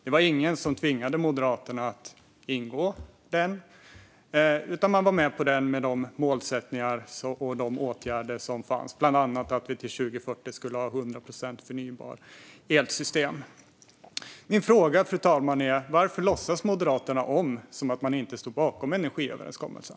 Det var ingen som tvingade Moderaterna att ingå den, utan man var med på den med de målsättningar och de åtgärder som fanns, bland annat att vi till 2040 skulle ha ett till 100 procent förnybart elsystem. Fru talman! Min fråga är: Varför låtsas Moderaterna som att man inte stod bakom energiöverenskommelsen?